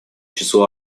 числу